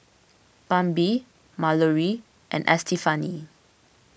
Bambi Malorie and Estefani